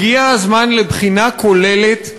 הגיע הזמן לבחינה כוללת,